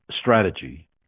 strategy